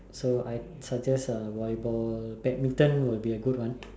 so I suggest uh volleyball badminton will be a good one